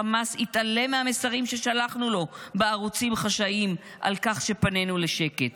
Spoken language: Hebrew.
חמאס התעלם מהמסרים ששלחנו לו בערוצים חשאיים על כך שפנינו לשקט,